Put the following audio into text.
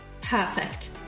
perfect